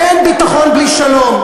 אין ביטחון בלי שלום.